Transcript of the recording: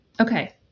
Okay